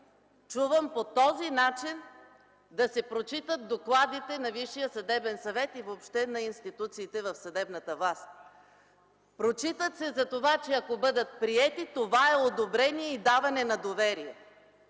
чувам по този начин да се прочитат докладите на Висшия съдебен съвет и въобще на институциите в съдебната власт! Прочитат се – „ако бъдат приети, това е одобрение и даване на доверие”.